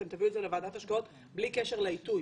אתם תביאו את זה לוועדת ההשקעות בלי קשר לעיתוי,